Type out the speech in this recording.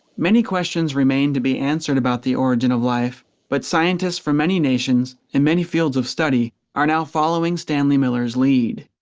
many questions remain to be answered about the origin of life but scientists from many nations and many fields of study are now following stanley miller's lead.